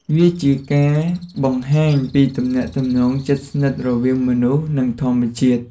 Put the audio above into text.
វាជាការបង្ហាញពីទំនាក់ទំនងជិតស្និទ្ធរវាងមនុស្ស និងធម្មជាតិ។